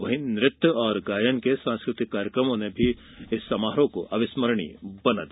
वहीं नृत्य और गायन के सांस्कृतिक कार्यक्रमों ने इस समारोह को अविस्मरणीय बना दिया